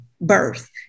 birth